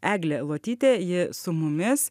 eglė luotytė ji su mumis